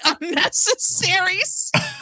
unnecessary